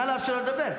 נא לאפשר לו לדבר.